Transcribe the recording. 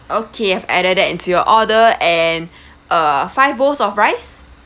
okay I've added that into your order and uh five bowls of rice